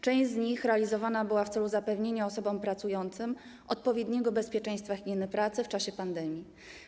Część z nich realizowana była w celu zapewnienia osobom pracującym odpowiedniego bezpieczeństwa higieny pracy w czasie pandemii.